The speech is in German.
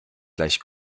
gleich